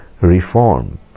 reform